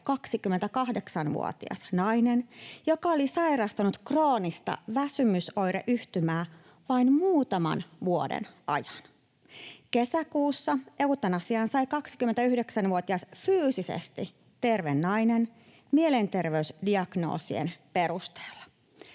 28-vuotias nainen, joka oli sairastanut kroonista väsymysoireyhtymää vain muutaman vuoden ajan. Kesäkuussa eutanasian sai 29-vuotias fyysisesti terve nainen mielenterveysdiagnoosien perusteella.